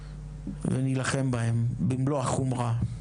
ונלחם בהם במלוא החומרה,